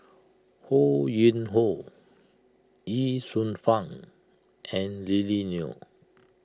Ho Yuen Hoe Ye Shufang and Lily Neo